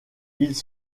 ils